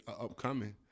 upcoming